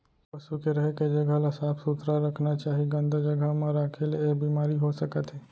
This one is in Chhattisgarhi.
पसु के रहें के जघा ल साफ सुथरा रखना चाही, गंदा जघा म राखे ले ऐ बेमारी हो सकत हे